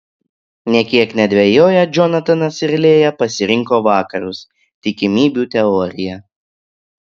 nė kiek nedvejoję džonatanas ir lėja pasirinko vakarus tikimybių teoriją